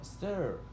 sir